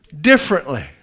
differently